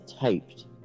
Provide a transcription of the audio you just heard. taped